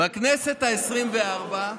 בכנסת העשרים-וארבע.